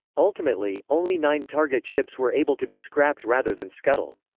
ultimately, only nine target ships were able to be scrapped rather than scuttled.